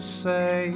say